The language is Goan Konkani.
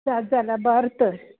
सात जाला बर तर